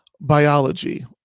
biology